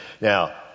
Now